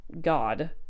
God